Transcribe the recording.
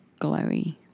glowy